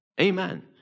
Amen